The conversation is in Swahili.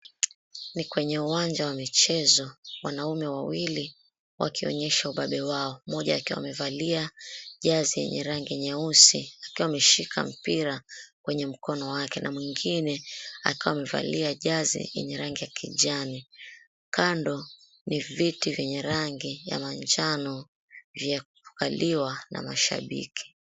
Ni kwenye uwanja wa michezo, wanaume wawili wakionyesha ubabe wao. Mmoja akiwa amevalia jezi yenye rangi nyeusi, akiwa ameshika mpira kwenye mkono wake na mwingine akawa amevalia jezi yenye rangi ya kijani. Kando ni viti vyenye rangi ya manjano vya kukaliwa na mashabiki.